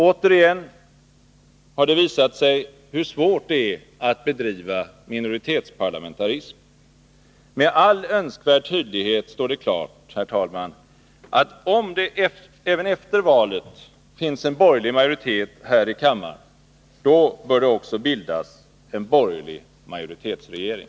Återigen har det visat sig hur svårt det är att bedriva minoritetsparlamentarism. Med all önskvärd tydlighet står det klart, herr talman, att om det även efter valet finns en borgerlig majoritet i kammaren, bör det också bildas en borgerlig majoritetsregering.